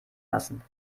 lassen